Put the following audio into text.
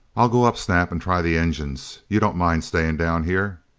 i'll go up, snap, and try the engines. you don't mind staying down here?